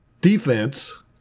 defense